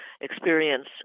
experience